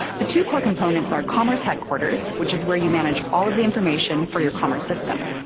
the two core components are commerce headquarters, which is where you manage all of the information for your commerce system,